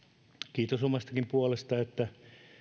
kiitos omastakin puolestani että